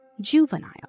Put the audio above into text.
juvenile